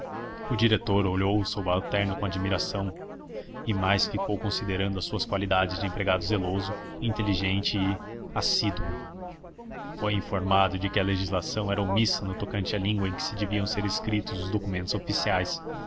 o diretor olhou o subalterno com admiração e mais ficou considerando as suas qualidades de empregado zeloso inteligente e assíduo foi informado de que a legislação era omissa no tocante à língua em que deviam ser escritos os documentos oficiais